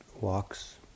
walks